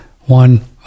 one